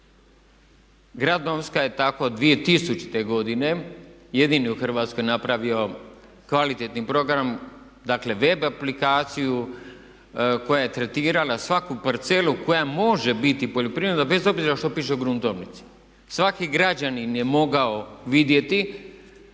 Grad Novska je tako 2000. godine jedini u Hrvatskoj napravio kvalitetni program, dakle web aplikaciju koja je tretirala svaku parcelu koja može biti poljoprivredna bez obzira što piše u gruntovnici. Svaki građanin je mogao vidjeti